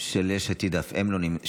של ישראל ביתנו.